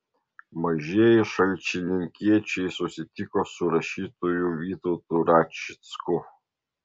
mažieji šalčininkiečiai susitiko su rašytoju vytautu račicku